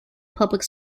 public